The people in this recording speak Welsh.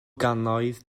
gannoedd